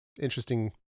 interesting